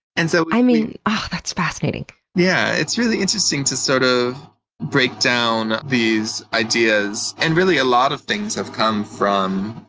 and so ah that's fascinating. yeah. it's really interesting to sort of break down these ideas, and really a lot of things have come from